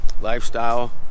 lifestyle